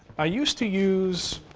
i used to use,